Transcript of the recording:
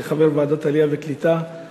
כחבר ועדת העלייה והקליטה,